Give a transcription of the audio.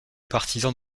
partisan